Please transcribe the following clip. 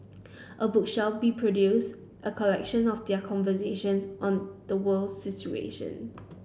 a book shall be produced a collection of their conversations on the world's situation